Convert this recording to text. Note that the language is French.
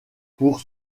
pour